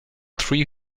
three